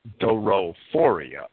dorophoria